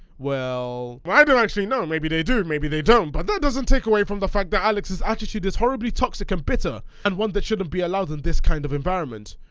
well, i don't actually know maybe they do and maybe they don't but that doesn't take away from the fact that alex's attitude is horribly toxic and bitter and one that shouldn't be allowed in this kind of environment.